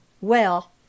Well